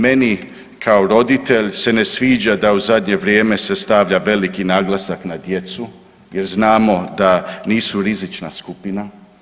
Meni kao roditelj se ne sviđa da u zadnje vrijeme se stavlja veliki naglasak na djecu jer znamo da nisu rizična skupina.